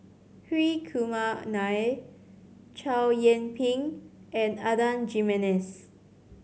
Hri Kumar Nair Chow Yian Ping and Adan Jimenez